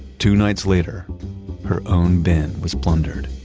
two nights later her own bin was plundered.